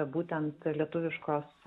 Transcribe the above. būtent lietuviškos